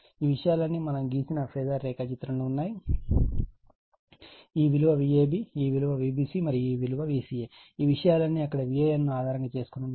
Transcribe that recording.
ఈ విషయాలన్నీ మనం గీసిన ఫేజార్ రేఖాచిత్రంలో ఉన్నాయి ఈ విలువ Vab ఈ విలువ Vbc మరియు ఈ విలువ Vca ఈ విషయాలన్నీ అక్కడ Van ను ఆధారంగా చేసుకొని ఉన్నాయి